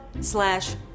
slash